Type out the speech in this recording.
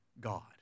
God